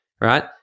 right